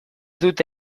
dute